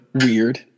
Weird